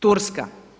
Turska.